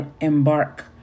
embark